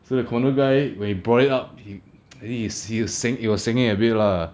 so the commando guy when he brought it up he he is he is seng~ it was sengnek a bit lah